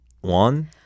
one